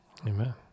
amen